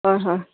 হয় হয়